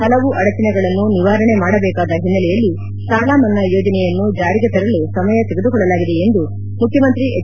ಪಲವು ಅಡಚಣೆಗಳನ್ನು ನಿವಾರಣೆ ಮಾಡಬೇಕಾದ ಓನ್ನೆಲೆಯಲ್ಲಿ ಸಾಲಮನ್ನಾ ಯೋಜನೆಯನ್ನು ಜಾರಿಗೆ ತರಲು ಸಮಯ ತೆಗೆದುಕೊಳ್ಳಲಾಗಿದೆ ಎಂದು ಮುಖ್ಯಮಂತಿ ಪೆಚ್